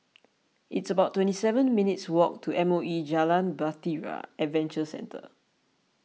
it's about twenty seven minutes' walk to M O E Jalan Bahtera Adventure Centre